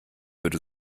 würde